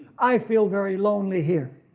i feel very lonely here,